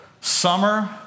summer